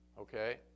Okay